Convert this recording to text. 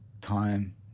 time